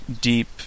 deep